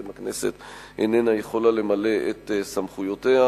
הכנסת איננה יכולה למלא את סמכויותיה.